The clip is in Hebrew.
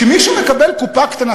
שמישהו מקבל קופה קטנה?